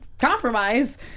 compromise